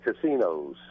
casinos